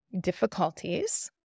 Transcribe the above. difficulties